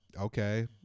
okay